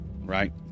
Right